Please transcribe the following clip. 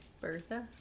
Bertha